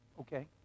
Okay